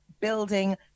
building